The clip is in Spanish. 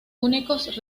únicos